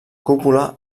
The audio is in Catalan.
cúpula